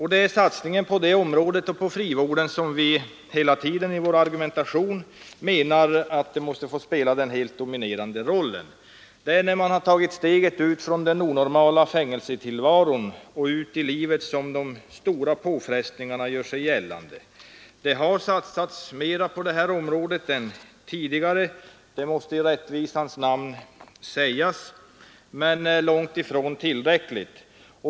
Det är satsningen på detta område och på frivården som vi hela tiden talat för i vår argumentation och som vi menar måste få spela den helt dominerande rollen. Det är när man tar steget från den onormala fängelsetillvaron och ut i livet som de mycket stora påfrestningarna gör sig gällande. Det skall i rättvisans namn sägas att vi har satsat mera på detta område under senare år, men det har långtifrån varit tillräckligt.